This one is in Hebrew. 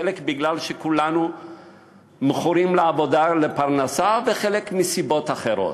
חלק בגלל שכולנו מכורים לעבודה ולפרנסה וחלק מסיבות אחרות,